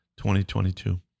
2022